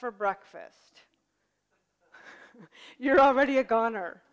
for breakfast you're already a goner